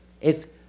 Es